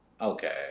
Okay